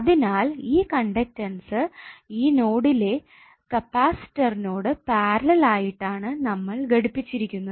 അതിനാൽ ഈ കണ്ടക്ടൻസ് ഈ നോഡിലെ കപ്പാസിറ്റൻസിനോഡ് പാരലൽ ആയിട്ടാണ് നമ്മൾ ഘടിപിച്ചിരിക്കുന്നത്